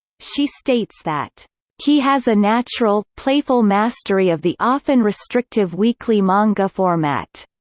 she states that he has a natural, playful mastery of the often restrictive weekly-manga format,